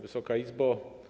Wysoka Izbo!